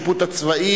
גם לשאלות של טיפול,